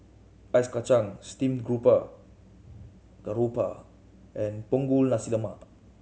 Ice Kachang Steamed Garoupa and Punggol Nasi Lemak